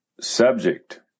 subject